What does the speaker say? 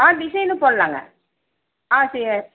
ஆ டிசைனும் போடலாங்க ஆ